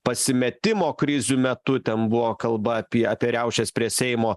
pasimetimo krizių metu ten buvo kalba apie apie riaušes prie seimo